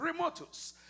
remotus